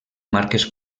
marques